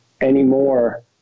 anymore